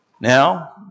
Now